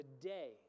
today